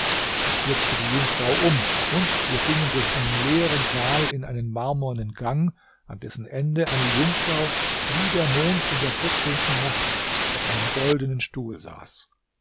da stürzte die jungfrau um und wir gingen durch einen leeren saal in einen marmornen gang an dessen ende eine jungfrau wie der mond in der vierzehnten nacht auf einem goldenen stuhl saß